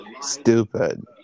stupid